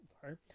Sorry